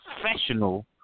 professional